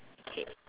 K